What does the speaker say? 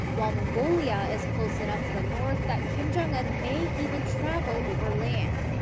while mongolia is close enough to the north that kim jong-un may even travel overland.